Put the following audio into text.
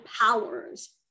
powers